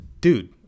Dude